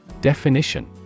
Definition